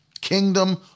Kingdom